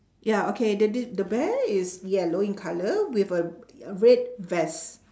ya okay th~ th~ the bear is yellow in colour with a red vest